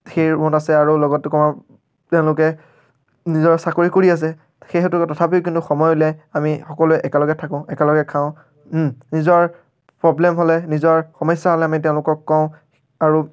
সেই ৰুমত আছে আৰু লগত কমেও তেওঁলোকে নিজৰ চাকৰি কৰি আছে সেই হেতুকে তথাপিও কিন্তু সময় উলিয়াই আমি সকলোৱে একেলগে থাকোঁ একেলগে খাওঁ নিজৰ প্ৰব্লেম হ'লে নিজৰ সমস্যা হ'লে আমি তেওঁলোকক কওঁ আৰু